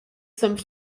some